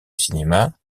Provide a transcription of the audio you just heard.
cinéma